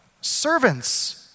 Servants